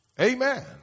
Amen